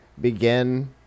begin